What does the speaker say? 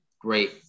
great